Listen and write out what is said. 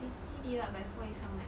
fifty divide by four is how much